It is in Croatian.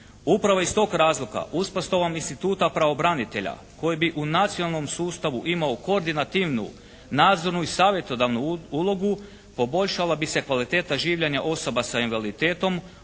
Upravo iz tog razloga uspostavom instituta pravobranitelja koji bi u nacionalnom sustavu imao koordinativnu, nadzornu i savjetodavnu ulogu poboljšala bi se kvaliteta življenja osoba sa invaliditetom,